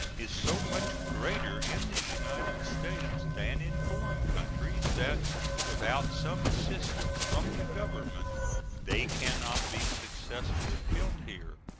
is so much greater in the united states than in foreign countries that without some assistance from the government they can not be successfully built here.